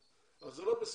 זה לא בסדר.